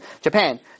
Japan